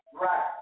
right